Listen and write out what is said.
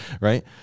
Right